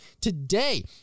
today